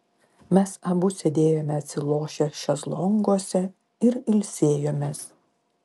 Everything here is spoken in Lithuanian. mes abu sėdėjome atsilošę šezlonguose ir ilsėjomės